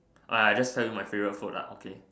uh I just tell you my favourite food lah okay